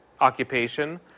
occupation